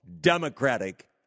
democratic